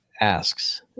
asks